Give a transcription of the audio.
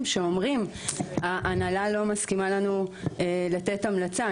שאומרים: ההנהלה לא מסכימה לנו לתת המלצה.